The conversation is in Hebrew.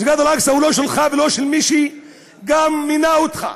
מסגד אל-אקצא הוא לא שלך ולא של מי שמינה אותך.